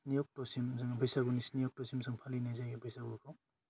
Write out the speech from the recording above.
स्नि अक्ट'सिम जोङो बैसागुनि स्नि अक्ट'सिम जों फालिनाय जायो बैसागुखौ